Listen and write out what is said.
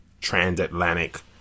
transatlantic